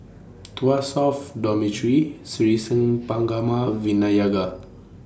Tuas South Dormitory Sri Senpaga Ma Vinayagar